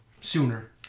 sooner